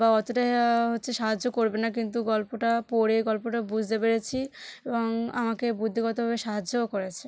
বা অতটা হচ্ছে সাহায্য করবে না কিন্তু গল্পটা পড়ে গল্পটা বুঝতে পেরেছি এবং আমাকে বুদ্ধিগতভাবে সাহায্যও করেছে